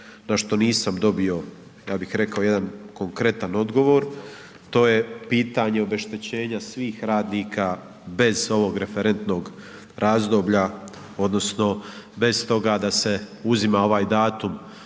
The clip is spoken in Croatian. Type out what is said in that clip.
na što nisam dobio ja bih rekao jedan konkretan odgovor, to je pitanje obeštećenja svih radnika bez ovog referentnog razdoblja odnosno bez toga da se uzima ovaj datum